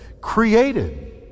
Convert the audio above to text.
created